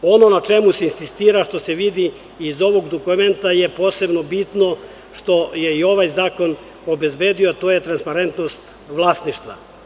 Ono o čemu se insistira, što se vidi iz ovog dokumenta je posebno bitno što je i ovaj zakon obezbedio, to je transparentnost vlasništva.